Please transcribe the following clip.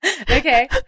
Okay